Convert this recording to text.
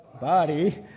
body